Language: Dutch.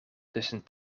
tussen